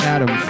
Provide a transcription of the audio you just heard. Adam